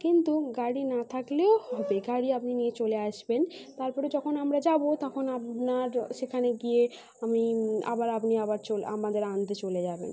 কিন্তু গাড়ি না থাকলেও হবে গাড়ি আপনি নিয়ে চলে আসবেন তারপরে আমরা যখন যাব তখন আপনার সেখানে গিয়ে আমি আবার আপনি আবার আমাদের আনতে চলে যাবেন